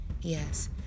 Yes